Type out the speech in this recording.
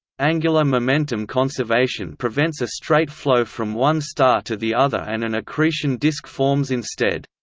angular momentum conservation prevents a straight flow from one star to the other and an accretion disk forms instead.